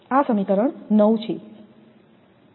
આ સમીકરણ 9 છે